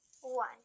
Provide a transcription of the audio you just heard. one